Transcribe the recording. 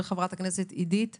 וחה"כ עידית סילמן,